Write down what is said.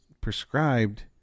prescribed